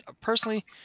personally